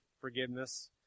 forgiveness